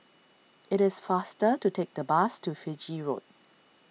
it is faster to take the bus to Fiji Road